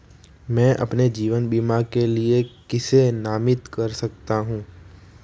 मैं अपने जीवन बीमा के लिए किसे नामित कर सकता हूं?